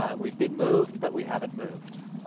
um we've been moved, but we haven't moved.